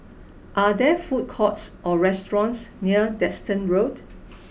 are there food courts or restaurants near Desker Road